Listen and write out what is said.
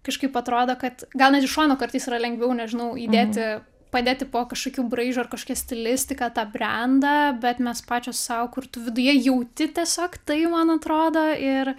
kažkaip atrodo kad gal net iš šono kartais yra lengviau nežinau įdėti padėti po kažkokiu braižu ar kažkokia stilistika tą brendą bet mes pačios sau kur tu viduje jauti tiesiog tai man atrodo ir